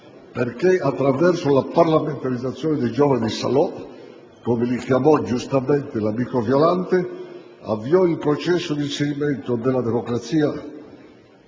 perché, attraverso la parlamentarizzazione dei giovani di Salò, come li chiamò giustamente l'amico Violante, avviò il processo di inserimento nella democrazia